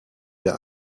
der